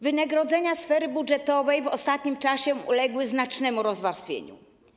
Wynagrodzenia sfery budżetowej w ostatnim czasie uległy znacznemu rozwarstwieniu.